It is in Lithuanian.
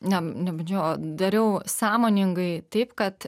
ne nebandžiau o dariau sąmoningai taip kad